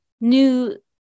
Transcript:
new